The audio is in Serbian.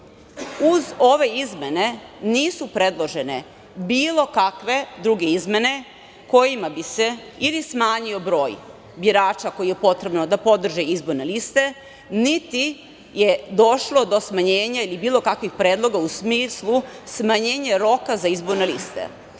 Uz ove izmene nisu predložene bilo kakve druge izmene kojima bi se ili smanjio broj birača koji je potrebno da podrže izborne liste, niti je došlo do smanjenja ili bilo kakvih predloga u smislu smanjenje roka za izborne liste.